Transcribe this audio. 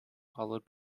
followed